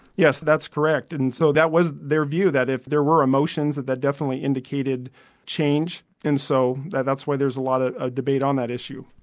yes, that's correct, and and so that was their view, that if there were emotions that that definitely indicated change, and so that's where there's a lot of ah debate on that issue.